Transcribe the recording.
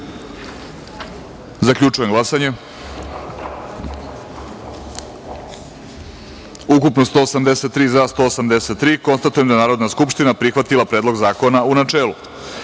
načelu. Zaključujem glasanje: ukupno – 183, za – 183.Konstatujem da je Narodna skupština prihvatila Predlog zakona u načelu. Članom